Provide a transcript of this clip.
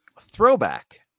throwback